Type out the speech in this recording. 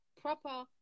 proper